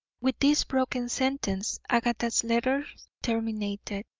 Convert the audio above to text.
with this broken sentence agatha's letters terminated.